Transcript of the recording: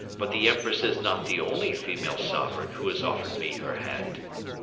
but the empress is not the only female sovereign who has offered me her hand.